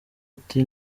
ati